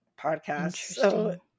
podcast